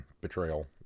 Betrayal